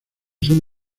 son